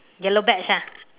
yellow badge ah